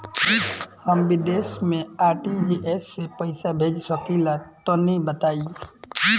हम विदेस मे आर.टी.जी.एस से पईसा भेज सकिला तनि बताई?